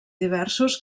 diversos